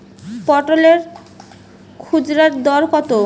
পটলের খুচরা দর কত?